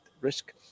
risk